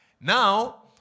Now